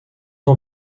ans